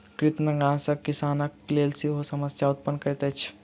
कृंतकनाशक किसानक लेल सेहो समस्या उत्पन्न करैत अछि